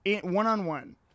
one-on-one